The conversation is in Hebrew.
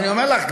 אני אומר לך,